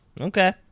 Okay